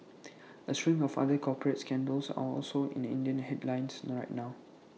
A string of other corporate scandals are also in Indian headlines right now